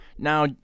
Now